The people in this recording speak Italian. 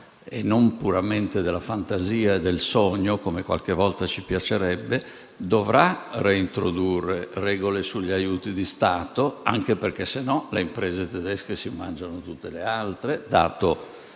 e non puramente della fantasia e del sogno (come qualche volta ci piacerebbe), dovrà reintrodurre regole sugli aiuti di Stato, anche perché - altrimenti - le imprese tedesche si mangerebbero tutte le altre, dato